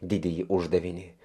didįjį uždavinį